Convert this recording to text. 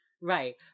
Right